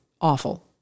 awful